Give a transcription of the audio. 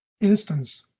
instance